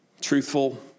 truthful